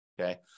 Okay